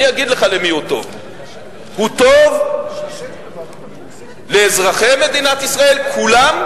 אני אגיד לך למי הוא טוב: הוא טוב לאזרחי ישראל כולם,